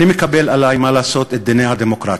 אני מקבל עלי, מה לעשות, את דיני הדמוקרטיה,